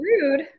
rude